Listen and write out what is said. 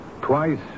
Twice